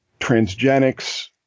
transgenics